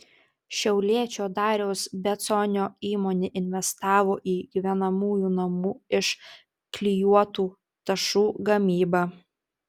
šiauliečio dariaus beconio įmonė investavo į gyvenamųjų namų iš klijuotų tašų gamybą